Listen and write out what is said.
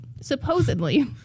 Supposedly